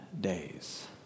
days